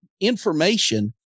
information